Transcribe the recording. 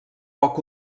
poc